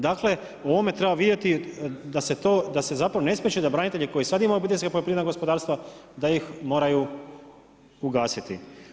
Dakle, u ovome treba vidjeti da se zapravo ne shvaća da branitelji koji sad imaju obiteljska poljoprivredna gospodarstva, da ih moraju ugasiti.